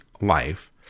life